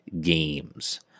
games